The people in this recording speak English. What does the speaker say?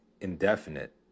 indefinite